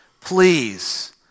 Please